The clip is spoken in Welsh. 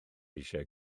eisiau